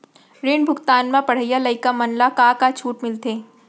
ऋण भुगतान म पढ़इया लइका मन ला का का छूट मिलथे?